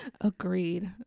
agreed